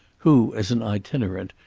who, as an itinerant,